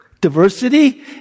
Diversity